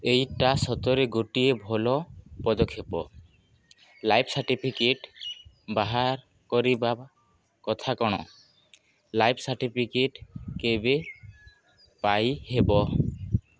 ଏଇଟା ସତରେ ଗୋଟିଏ ଭଲ ପଦକ୍ଷେପ ଲାଇଫ୍ ସାର୍ଟିଫିକେଟ୍ ବାହାର କରିବା କଥା କ'ଣ ଲାଇଫ୍ ସାର୍ଟିଫିକେଟ୍ କେବେ ପାଇହେବ